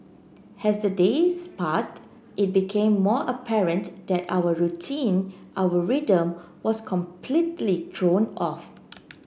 as the days passed it became more apparent that our routine our rhythm was completely thrown off